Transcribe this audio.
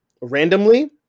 randomly